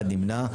אחד נמנע.